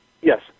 Yes